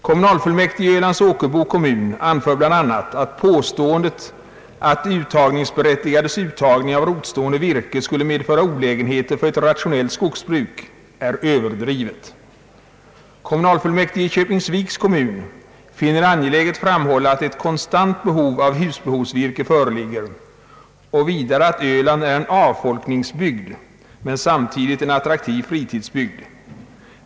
Kommunalfullmäktige i Ölands Åkerbo anför bl.a. att påståendet att de uttagningsberättigades uttagning av rotstående virke skulle medföra olägenheter för ett rationellt skogsbruk är överdrivet. Kommunalfullmäktige i Köpingsviks kommun finner det angeläget framhålla, att ett konstant behov av husbehovs virke föreligger och vidare att Öland är en avfolkningsbygd men samtidigt en attraktiv fritidsbygd.